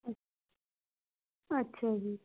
ਅੱਛ ਅੱਛਾ ਜੀ